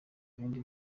n’ibindi